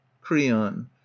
creon